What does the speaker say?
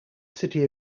city